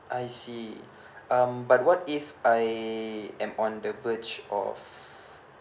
I see um but what if I am on the verge of